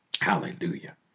Hallelujah